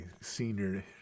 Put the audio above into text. senior